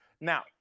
Now